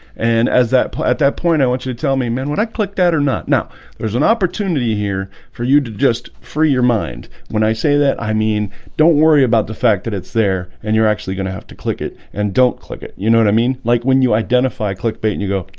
and as that at that point. i want you to tell me man when i click that or not now there's an opportunity here for you to just free your mind when i say that i mean don't worry about the fact that it's there and you're actually going to have to click it and don't click it you know what? i mean like when you identify click baiting you go.